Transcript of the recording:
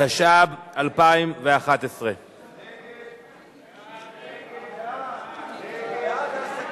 התשע"ב 2011. ההצעה להסיר